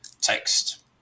text